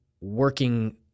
working